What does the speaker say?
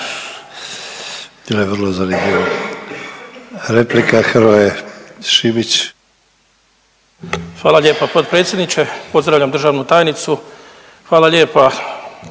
Hvala lijepa potpredsjedniče. Pozdravljam državnu tajnicu. Hvala lijepa